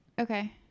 Okay